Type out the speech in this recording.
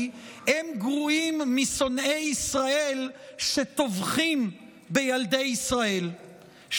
הם גרועים משונאי ישראל שטובחים בילדי ישראל.